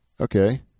Okay